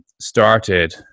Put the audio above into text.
started